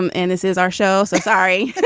um and this is our show. so sorry